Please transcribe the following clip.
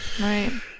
right